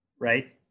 Right